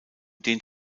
dehnt